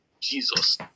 Jesus